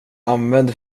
använd